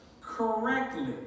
correctly